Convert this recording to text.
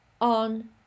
on